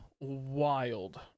wild